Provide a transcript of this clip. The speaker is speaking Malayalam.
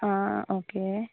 ആ ഓക്കെ